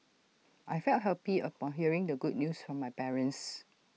I felt happy upon hearing the good news from my parents